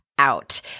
out